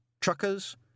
Truckers